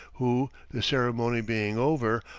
who, the ceremony being over,